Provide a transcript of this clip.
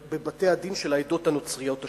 בבתי-הדין של העדות הנוצריות השונות.